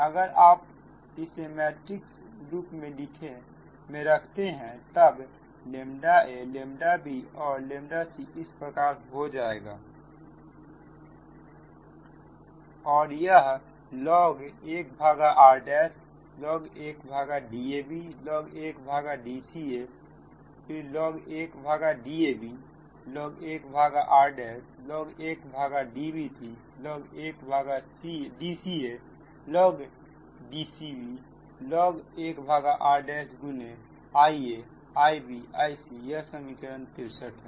अगर आप इसे मैट्रिक्स रूप में रखते हैं तब ʎ a ʎ b और ʎ c इस प्रकार हो जाएगा और यह log 1rlog 1Dablog 1Dca log 1Dablog 1rlog 1Dbclog 1Dcalog Dcblog 1r गुने IaIbIcयह समीकरण 63 है